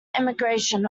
immigration